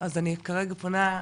אז אני כרגע פונה,